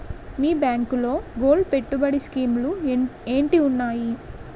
మీ బ్యాంకులో గోల్డ్ పెట్టుబడి స్కీం లు ఏంటి వున్నాయి?